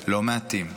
לא מעטים.